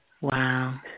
Wow